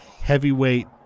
heavyweight